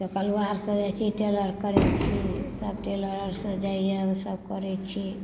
तऽ कलवारसंँ जाइ छी टेलर करय छी सब टेलर आरसँ जाइए सब करय छी